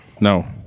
No